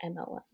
mlm